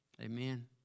Amen